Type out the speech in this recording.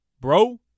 bro